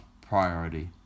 priority